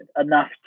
enough